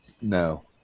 No